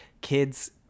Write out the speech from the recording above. kids